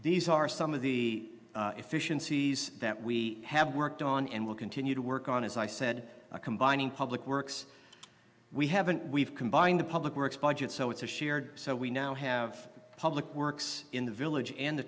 these are some of the efficiencies that we have worked on and we'll continue to work on as i said a combining public works we haven't we've combined the public works budget so it's a shared so we now have public works in the village and the